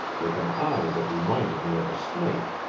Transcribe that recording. with an eye that reminded me of a snake.